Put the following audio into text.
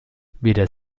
weder